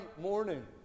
morning